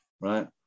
right